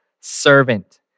servant